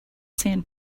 sand